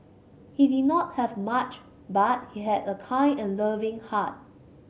he did not have much but he had a kind and loving heart